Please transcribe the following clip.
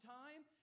time